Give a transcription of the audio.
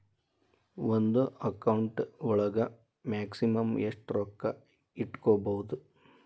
ಒಂದು ಅಕೌಂಟ್ ಒಳಗ ಮ್ಯಾಕ್ಸಿಮಮ್ ಎಷ್ಟು ರೊಕ್ಕ ಇಟ್ಕೋಬಹುದು?